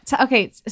Okay